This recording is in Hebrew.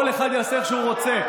כל אחד יעשה איך שהוא רוצה.